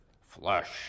flesh